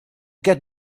get